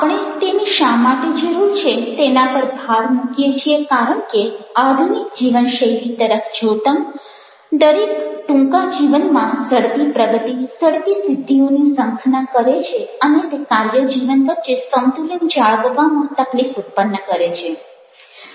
આપણે તેની શા માટે જરૂર છે તેના પર ભાર મૂકીએ છીએ કારણ કે આધુનિક જીવનશૈલી તરફ જોતાં દરેક ટૂંકા જીવનમાં ઝડપી પ્રગતિ ઝડપી સિદ્ધિઓની ઝંખના કરે છે અને તે કાર્ય જીવન વચ્ચે સંતુલન જાળવવામાં તકલીફ ઉત્પન્ન કરે છે